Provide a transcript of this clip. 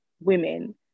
women